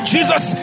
Jesus